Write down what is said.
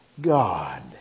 God